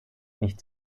nicht